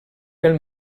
pel